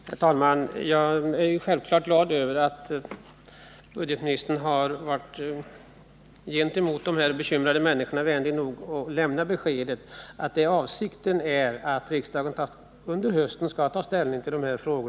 Herr talman! Jag är självfallet glad att budgetministern varit vänlig nog att lämna dessa bekymrade människor beskedet att avsikten är att riksdagen under hösten skall ta ställning till denna fråga.